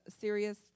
serious